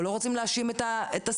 או לא רוצים להאשים את השר,